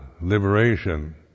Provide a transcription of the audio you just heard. liberation